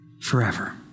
forever